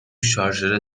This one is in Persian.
شارژر